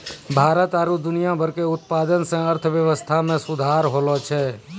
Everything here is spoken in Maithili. भारत आरु दुनिया भर मे उत्पादन से अर्थव्यबस्था मे सुधार होलो छै